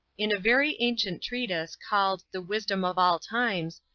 in a very ancient treatise, called the wisdom of all times,